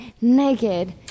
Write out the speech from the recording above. naked